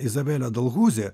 izabelė dolhuzi